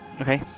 okay